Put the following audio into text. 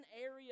area